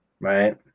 right